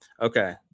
Okay